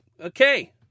Okay